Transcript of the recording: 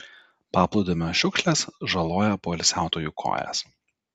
paplūdimio šiukšlės žaloja poilsiautojų kojas